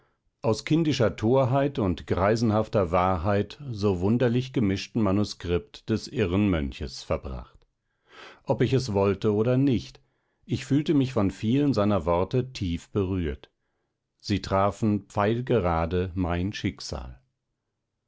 aus kindischer torheit und greisenhafter wahrheit so wunderlich gemischten manuskript des irren mönches verbracht ob ich es wollte oder nicht ich fühlte mich von vielen seiner worte tief berührt sie trafen pfeilgerade mein schicksal